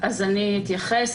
אני אתייחס.